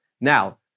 Now